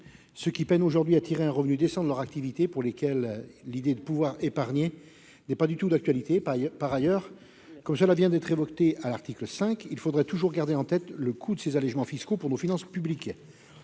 ceux qui peinent aujourd'hui à tirer un revenu décent de leur activité et pour lesquels l'idée d'épargner n'est pas du tout d'actualité. Par ailleurs, comme cela a été dit lors de l'examen de l'article 5, il faudrait toujours garder en tête le coût de ces allégements fiscaux pour les finances publiques.